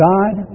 God